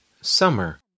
Summer